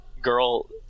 girl